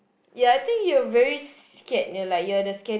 ya I think you're very scared you're like the scaredy